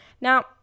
Now